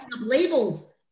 labels